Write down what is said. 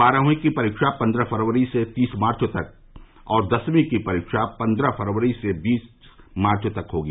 बारहवीं की परीक्षा पन्द्रह फरवरी से तीस मार्च तक और दसवीं की परीक्षा पन्द्रह फरवरी से बीस मार्च तक होगी